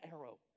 arrow